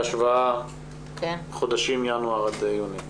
בהשוואה, לחודשים ינואר עד יוני.